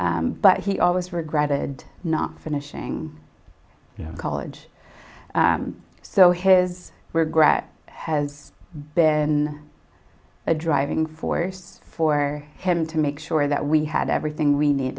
but he always regretted not finishing college so his were grat has been a driving force for him to make sure that we had everything we